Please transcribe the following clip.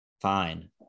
fine